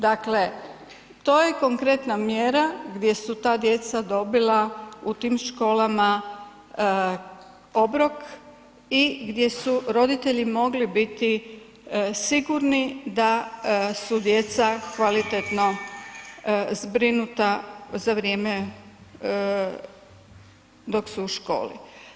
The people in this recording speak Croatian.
Dakle, to je konkretna mjera gdje su ta djeca dobila u tim školama obrok i gdje su roditelji mogli biti sigurni da su djeca kvalitetno zbrinuta za vrijeme dok su u školi.